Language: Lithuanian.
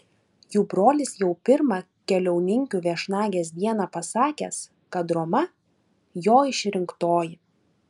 jų brolis jau pirmą keliauninkių viešnagės dieną pasakęs kad roma jo išrinktoji